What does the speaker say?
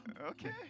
Okay